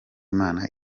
imana